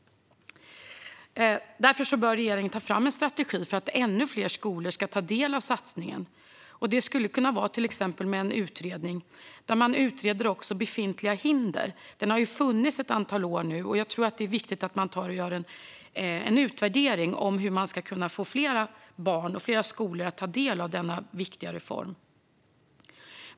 Regeringen bör därför ta fram en strategi för att ännu fler skolor ska ta del av satsningen. Det skulle kunna göras till exempel genom en utredning som också ser över befintliga hinder. Skapande skola har funnits i ett antal år, och jag tror att det är viktigt att man gör en utvärdering av den och undersöker hur man ska kunna få fler barn och fler skolor att ta del av denna viktiga reform.